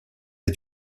est